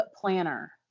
planner